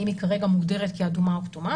האם היא כרגע מוגדרת כאדומה או כתומה,